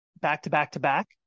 back-to-back-to-back